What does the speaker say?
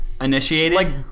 Initiated